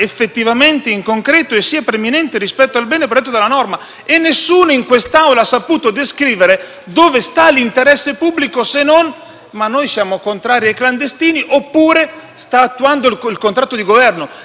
dove sta l'interesse pubblico. Si è detto solo che noi siamo contrari ai clandestini oppure che si sta attuando il contratto di Governo. Nessuno dei due punti appartiene all'interesse pubblico. E se qualcuno in quest'Aula ha un dubbio